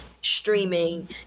streaming